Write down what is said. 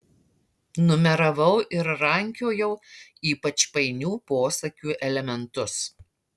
numeravau ir rankiojau ypač painių posakių elementus